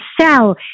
sell